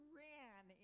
ran